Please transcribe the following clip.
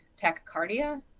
tachycardia